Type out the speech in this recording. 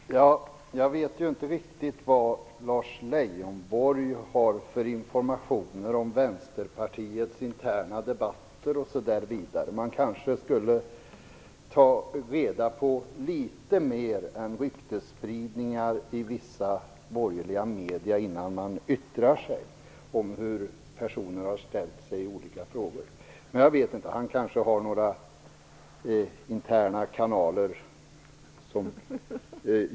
Fru talman! Jag vet inte riktigt vad Lars Leijonborg har för information om Vänsterpartiets interna debatter. Han borde kanske lyssna på litet mer än ryktesspridningar i vissa borgerliga medier innan han yttrar sig om hur personer har ställt sig i olika frågor. Han har kanske några interna kanaler.